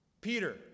Peter